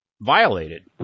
violated